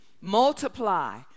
Multiply